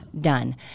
done